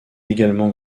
également